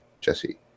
Jesse